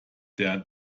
der